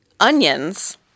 onions